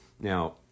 Now